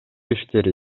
иштери